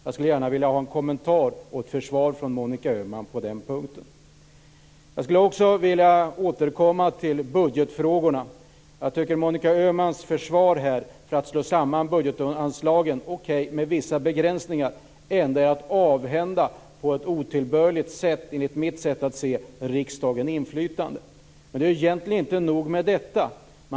Jag skulle gärna vilja ha en kommentar och ett försvar från Monica Öhman på den punkten. Jag skulle vilja återkomma till budgetfrågorna. Monica Öhmans försvar för att slå samman budgetanslagen - om än med vissa begränsningar - innebär som jag ser det att hon på ett otillbörligt sätt avhänder riksdagen inflytande. Inte nog med detta!